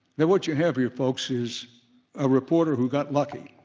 that what you have here folks is a reporter who got lucky.